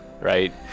right